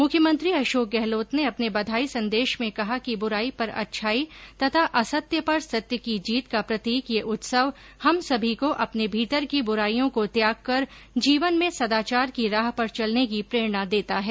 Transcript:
मुख्यमंत्री अशोक गहलोत ने अपने बधाई संदेश में कहा कि बुराई पर अच्छाई तथा असत्य पर सत्य की जीत का प्रतीक ये उत्सव हम समी को अपने भीतर की ब्राईयों को त्यागकर जीवन में सदाचार की राह पर चलने की प्रेरणा देता है